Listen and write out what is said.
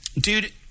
dude